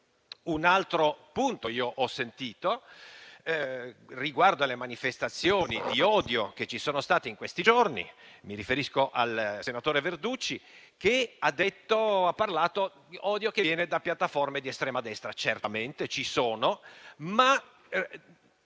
italiani. Ho sentito un punto riguardo alle manifestazioni di odio che ci sono state in questi giorni: mi riferisco al senatore Verducci, che ha parlato di odio che viene da piattaforme di estrema destra. Certamente ci sono ma